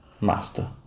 master